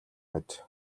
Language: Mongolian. мэт